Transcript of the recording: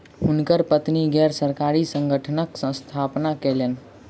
हुनकर पत्नी गैर सरकारी संगठनक स्थापना कयलैन